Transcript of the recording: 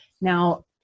now